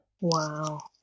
Wow